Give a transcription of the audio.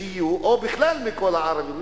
או בכלל מכל הערבים,